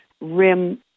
rim